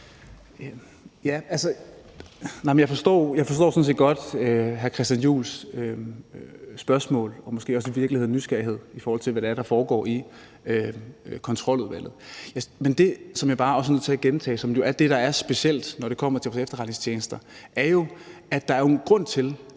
og måske i virkeligheden også nysgerrighed i forhold til, hvad det er, der foregår i Kontroludvalget. Men det, som jeg også bare er nødt til at gentage, og som jo også er det, der er specielt, når det kommer til vores efterretningstjenester, er jo, at der er en grund til,